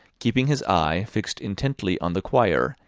keeping his eye fixed intently on the choir,